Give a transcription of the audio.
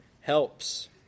helps